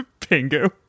Pingu